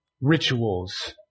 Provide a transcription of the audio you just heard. rituals